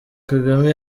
kagame